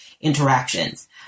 interactions